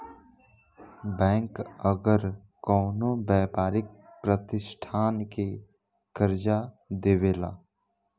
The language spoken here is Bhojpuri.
बैंक अगर कवनो व्यापारिक प्रतिष्ठान के कर्जा देवेला